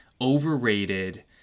overrated